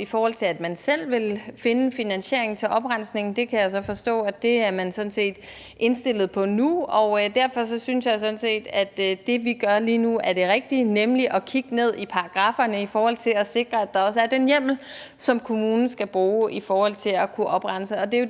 i forhold til at man selv ville finde finansieringen til oprensningen. Det kan jeg så forstå at man sådan set er indstillet på nu, og derfor synes jeg, at det, vi gør lige nu, er det rigtige, nemlig at kigge ned i paragrafferne i forhold til at sikre, at der også er den hjemmel, som kommunen skal bruge i forhold til at kunne oprense. Det er jo det,